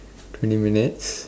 twenty minutes